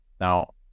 Now